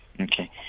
Okay